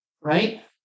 right